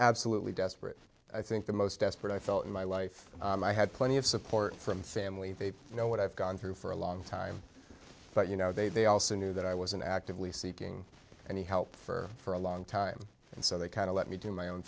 absolutely desperate i think the most desperate i felt in my life and i had plenty of support from family they know what i've gone through for a long time but you know they they also knew that i was an actively seeking any help for a long time and so they kind of let me do my own